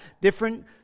different